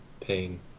pain